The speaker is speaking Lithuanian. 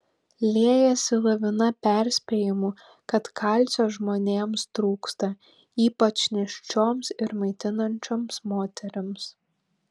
liejasi lavina perspėjimų kad kalcio žmonėms trūksta ypač nėščioms ir maitinančioms moterims